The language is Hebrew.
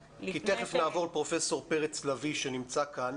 כן, כי תכף נעבור לפרופ' פרץ לביא שנמצא כאן